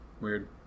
Weird